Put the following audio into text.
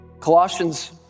Colossians